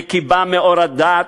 וכיבה מאור הדת,